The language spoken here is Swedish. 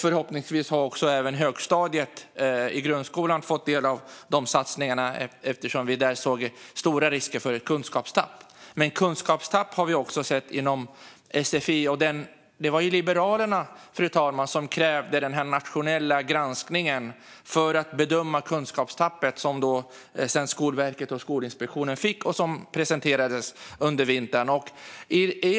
Förhoppningsvis har även högstadiet i grundskolan fått del av de satsningarna eftersom vi där såg stora risker för ett kunskapstapp. Vi har också sett kunskapstapp inom sfi. Det var Liberalerna, fru talman, som krävde den nationella granskningen för att bedöma kunskapstappet. Det var ett uppdrag som Skolinspektionen och Skolverket sedan fick och som presenterades under vintern.